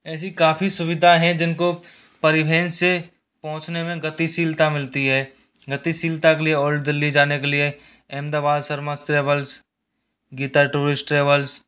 ऐसी काफ़ी सुविधाएं हैं जिनको परिवहन से पहुंचने में गतिशीलता मिलती है गतिशीलता के लिए और दिल्ली जाने के लिए Ahmedabad Sharma travels Geeta tourist travels